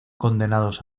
condenados